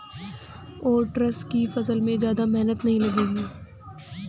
oats की फसल में ज्यादा मेहनत नहीं लगेगी